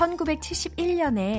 1971년에